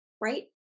right